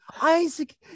Isaac